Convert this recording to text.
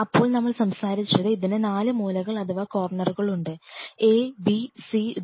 അപ്പോൾ നമ്മൾ സംസാരിച്ചത് ഇതിന് നാല് മൂലകൾ അഥവാ കോർണറുകൾ ഉണ്ട് ABCD